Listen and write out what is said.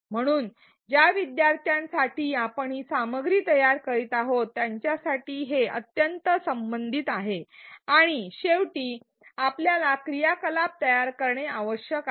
म्हणून ज्या विद्यार्थ्यांसाठी आपण ही सामग्री तयार करीत आहोत त्यांच्यासाठी हे अत्यंत संबंधित आहे आणि शेवटी आपल्याला क्रियाकलाप तयार करणे आवश्यक आहे